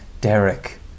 Derek